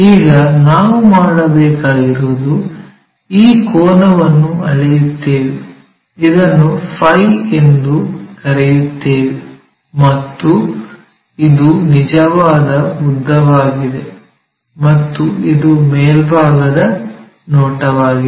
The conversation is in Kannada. ಈಗ ನಾವು ಮಾಡಬೇಕಾಗಿರುವುದು ಈ ಕೋನವನ್ನು ಅಳೆಯುತ್ತೇವೆ ಇದನ್ನು ಫೈ Φ ಎಂದು ಕರೆಯುತ್ತೇವೆ ಮತ್ತು ಇದು ನಿಜವಾದ ಉದ್ದವಾಗಿದೆ ಮತ್ತು ಇದು ಮೇಲ್ಭಾಗದ ನೋಟವಾಗಿದೆ